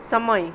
સમય